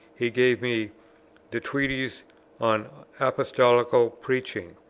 he gave me the treatise on apostolical preaching,